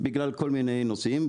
בגלל כל מיני נושאים,